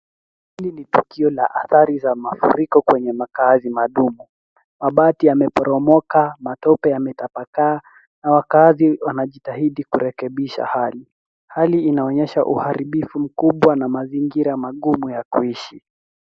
Hili ni tukio la athari za mafuriko kwenye makazi duni. Mabati yameporomoka, matope yametapakaa na wakazi wanajitahidi kurekebisha hali. Hali inaonyesha uharibifu mkubwa na mazingira magumu ya kuishi.